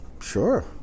Sure